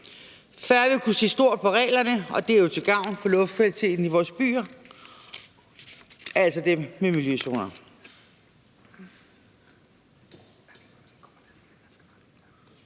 Færre vil kunne se stort på reglerne, og det er jo til gavn for luftkvaliteten i vores byer, altså dem med miljøzoner.